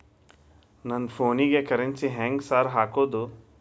ನನ್ ಫೋನಿಗೆ ಕರೆನ್ಸಿ ಹೆಂಗ್ ಸಾರ್ ಹಾಕೋದ್?